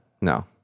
No